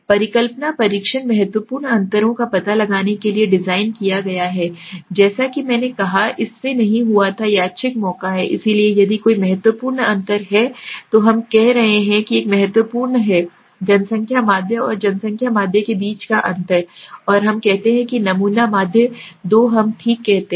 परिकल्पना परीक्षण महत्वपूर्ण अंतरों का पता लगाने के लिए डिज़ाइन किया गया है जैसा कि मैंने कहा कि इससे नहीं हुआ था यादृच्छिक मौका है इसलिए यदि कोई महत्वपूर्ण अंतर है तो हम कह रहे हैं कि एक महत्वपूर्ण है जनसंख्या माध्य और जनसंख्या माध्य के बीच का अंतर और हम कहते हैं कि नमूना माध्य दो हम ठीक कहते हैं